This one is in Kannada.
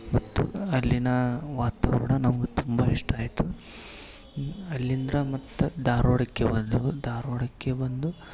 ಮತ್ತು ಅಲ್ಲಿನ ವಾತಾವರಣ ನಮ್ಗೆ ತುಂಬ ಇಷ್ಟ ಆಯಿತು ಅಲ್ಲಿಂದ ಮತ್ತೆ ಧಾರ್ವಾಡಕ್ಕೆ ಬಂದೆವು ಧಾರ್ವಾಡಕ್ಕೆ ಬಂದು